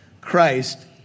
Christ